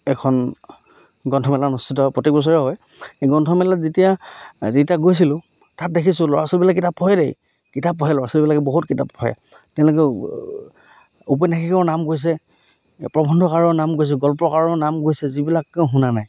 এখন গ্ৰন্থমেলা অনুষ্ঠিত প্ৰতি বছৰে হয় এই গ্ৰন্থমেলাত যেতিয়া যেতিয়া গৈছিলোঁ তাত দেখিছোঁ ল'ৰা ছোৱালীবিলাক কিতাপ পঢ়ে দেই কিতাপ পঢ়ে ল'ৰা ছোৱালীবিলাকে বহুত কিতাপ পঢ়ে তেওঁলোকে উপন্যাসিকৰ নাম কৈছে প্ৰবন্ধকাৰৰ নাম কৈছে গল্পকাৰৰ নাম কৈছে যিবিলাক শুনা নাই